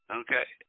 okay